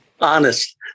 honest